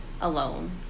alone